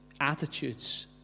attitudes